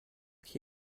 qui